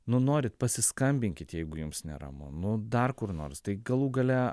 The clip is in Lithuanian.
nu norit pasiskambinkit jeigu jums neramu nu dar kur nors tai galų gale